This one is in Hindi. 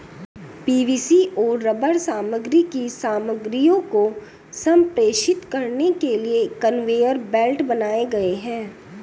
पी.वी.सी और रबर सामग्री की सामग्रियों को संप्रेषित करने के लिए कन्वेयर बेल्ट बनाए गए हैं